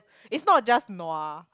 it's not just nua